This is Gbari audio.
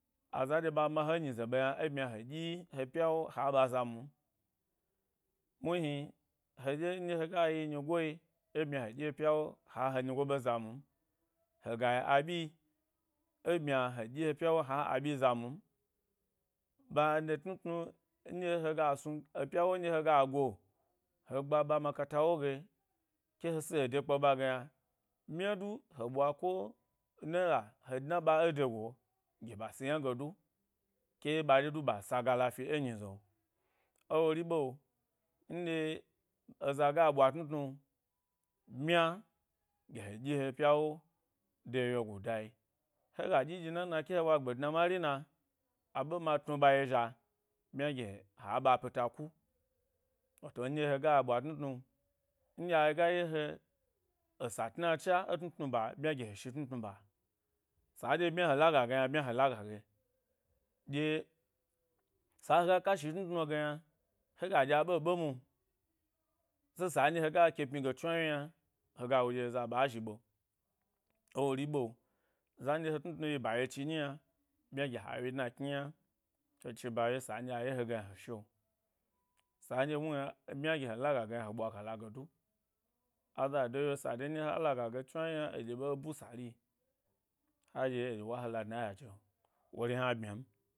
Aza ndɗɓye ɓa mahe enyi ze ɓe yna, e ɓmya he ɗyi he pya woha ɓa za mum, muhni heɗyi ndye hega yi nyi goi e bmya gi he dyi pyawo mu ni, hega yi aɓyi, e bmya he ɗyi he ɗyi he ‘pya wu ha aɓyi za mum, ban de tnu tnu nɗye hega snu, epya won dye hega go he gba ɓa makata woge ke he si ede kpe ɓa go yna ɓmya du he ɓwa ko naila, he dna ɓa ẻ de gu’o dye ba si yna g eke ba dye du ɓa sagala fi-e nyize ewo ri ɓe, nɗye eza ge ɓwa tnu tnu, ɓmya, gi he dyi he pya wo de wyegu dayi hega ɗyi ɗyi nana ke he ɓwa gbe due mari na aɓe ma tnu ɓa ye zha bmya gye ha ɓa pita ki, wato, nɗye hega ɓwa tn tnu, nɗye aga ye he esa tnacha ẻ tnu tnu ba bmya gi he shit nu tnu bas a dye bmya he lay age yna bmya he lag age, ɗye sa hega ka shi e tnu tnu ge yna hega ɗye aɓe ɓe mwo, se sa hega ke pmyi ge chnuawyi yna hega wo ɗye eze ɓa zhi ɓe ẻ wori ɓe, za nɗye he tnu tnu yi ba yechi nyi yna, bmya gi ha wye dna kyna he chi ba ye sa nɗye a ye he ge yna he shi’o san dye muhni ɓmya gi he lag age yna he ɓwa gala ge du. Azado yi’o sa nɗye ha laga ye chnuawyi yna aɗye eɓe bu sari ha ɗye a ɗye wa he la dna e yaje wori han bmya m.